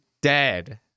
dead